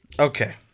Okay